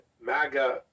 MAGA